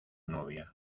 novia